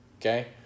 Okay